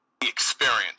experience